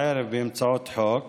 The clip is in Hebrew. הערב באמצעות חוק